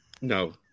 No